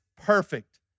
perfect